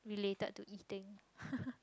related to eating